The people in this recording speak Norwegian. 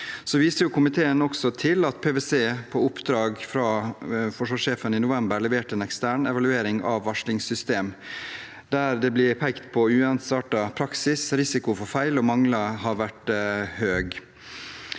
Komiteen viser også til at PwC på oppdrag fra forsvarssjefen i november leverte en ekstern evaluering av varslingssystem, der det blir pekt på en uensartet praksis og at risiko for feil og mangler har vært høy.